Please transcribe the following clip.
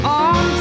on